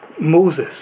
Moses